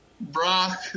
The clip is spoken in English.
Brock